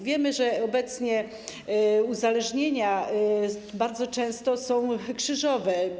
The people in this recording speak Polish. Wiemy, że obecnie uzależnienia bardzo często są krzyżowe.